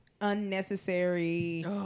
unnecessary